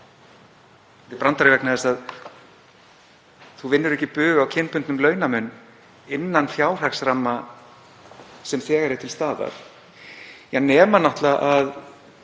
er brandari vegna þess að þú vinnur ekki bug á kynbundnum launamun innan fjárhagsramma sem þegar er til staðar, nema náttúrlega að